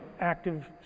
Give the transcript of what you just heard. active